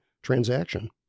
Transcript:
transaction